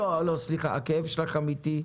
הכאב שלכם איתי.